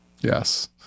Yes